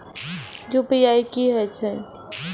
UPI की हेछे?